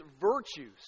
virtues